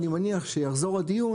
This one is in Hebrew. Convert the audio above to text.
אני מניח שיחזור הדיון,